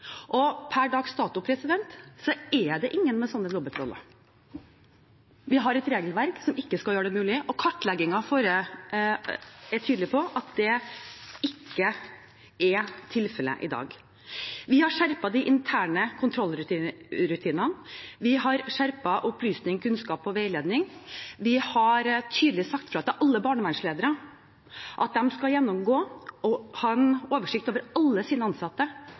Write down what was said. Per dags dato er det ingen med slike dobbeltroller. Vi har et regelverk som ikke skal gjøre det mulig, og kartleggingen vår er tydelig på at det ikke er tilfellet i dag. Vi har skjerpet de interne kontrollrutinene, vi har skjerpet opplysning, kunnskap og veiledning, og vi har sagt tydelig ifra til alle barnevernsledere om at de skal gjennomgå og ha en oversikt over alle sine ansatte